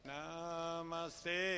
Namaste